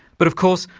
but of course,